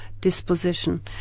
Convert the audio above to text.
disposition